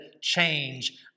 change